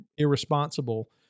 Irresponsible